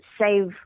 save